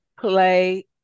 play